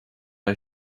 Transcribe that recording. you